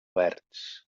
verds